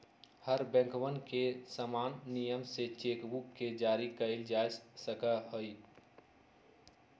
हर बैंकवन में समान नियम से चेक बुक के जारी कइल जा सका हई